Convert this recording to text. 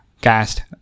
cast